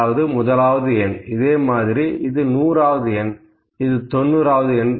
அதாவது முதலாவது எண் இதே மாதிரி இது நூறாவது எண் இது 90வது எண்